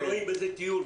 הם רואים בזה טיול.